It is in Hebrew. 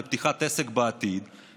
לפתיחת עסק בעתיד,